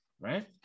right